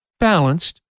balanced